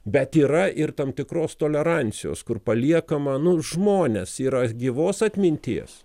bet yra ir tam tikros tolerancijos kur paliekama nu žmonės yra gyvos atminties